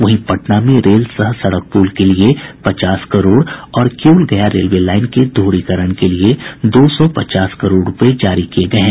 वहीं पटना में रेल सह सड़क पुल के लिए पचास करोड़ और किउल गया रेलवे लाईन के दोहरीकरण के लिए दो सौ पचास करोड़ रूपये जारी किये गये हैं